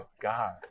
God